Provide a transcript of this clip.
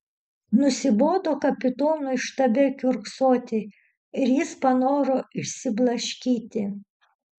nusibodo kapitonui štabe kiurksoti ir jis panoro išsiblaškyti